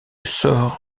sort